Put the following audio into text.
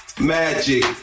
magic